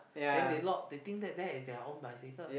then they lock they think that that is their own bicycle